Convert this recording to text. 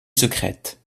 secrète